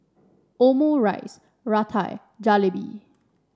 Omurice Raita and Jalebi